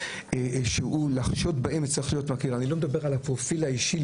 אני לא מדבר על הפרופיל האישי,